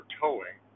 towing